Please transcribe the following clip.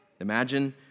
Imagine